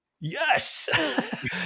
yes